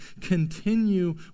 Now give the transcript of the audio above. continue